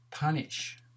punish